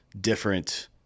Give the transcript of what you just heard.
different